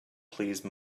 please